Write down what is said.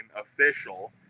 Official